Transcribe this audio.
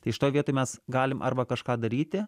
tai šitoj vietoj mes galim arba kažką daryti